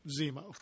Zemo